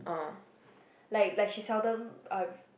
like like she seldom uh